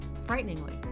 Frighteningly